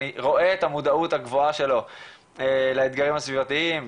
אני רואה את המודעות הגבוהה שלו לאתגרים הסביבתיים,